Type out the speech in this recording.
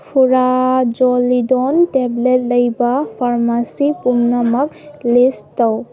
furazolidone tablet ꯂꯩꯕ pharmacy ꯄꯨꯝꯅꯃꯛ list ꯇꯧ